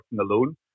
alone